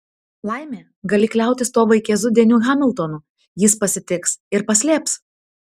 laimė gali kliautis tuo vaikėzu deniu hamiltonu jis pasitiks ir paslėps